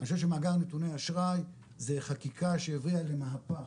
אני חושב שמאגר נתוני אשראי זה חקיקה שהביאה למהפך,